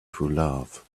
truelove